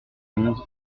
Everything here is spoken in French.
onze